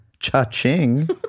Cha-ching